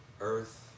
earth